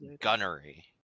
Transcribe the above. gunnery